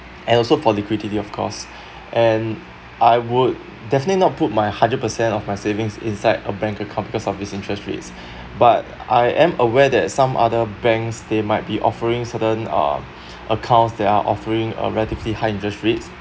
and also for liquidity of course and I would definitely not put my hundred percent of my savings inside a bank account because of this interest rates but I am aware that some other banks they might be offering certain um accounts that are offering a relatively high interest rates